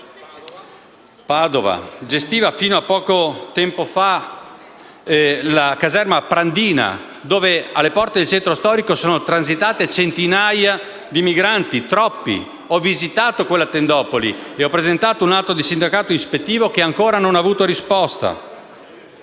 Padova. Fino a poco tempo fa, gestiva l'ex caserma Prandina, dove, alle porte del centro storico, sono transitati centinaia di migranti (troppi). Ho visitato quella tendopoli e ho presentato un atto di sindacato ispettivo che ancora non ha avuto risposta.